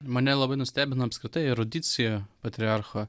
mane labai nustebino apskritai erudicija patriarcho